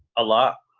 a lot.